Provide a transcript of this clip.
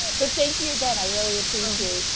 but thank you again. i really appreciate it.